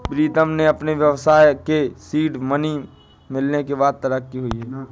प्रीतम के अपने व्यवसाय के सीड मनी मिलने के बाद तरक्की हुई हैं